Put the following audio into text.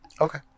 Okay